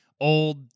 old